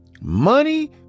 Money